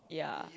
yeah